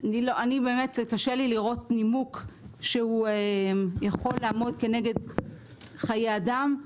קשה לי לראות נימוק שיכול לעמוד כנגד חיי אדם,